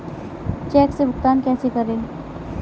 Check से भुगतान कैसे करें?